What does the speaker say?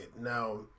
now